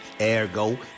Ergo